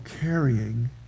carrying